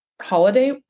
holiday